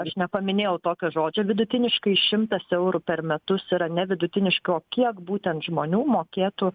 aš nepaminėjau tokio žodžio vidutiniškai šimtas eurų per metus yra ne vidutiniškai o kiek būtent žmonių mokėtų